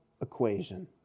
equation